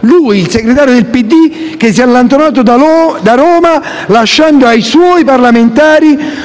Lui, il segretario del PD, che si è allontanato da Roma, lasciando ai suoi